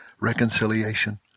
reconciliation